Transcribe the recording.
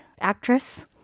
actress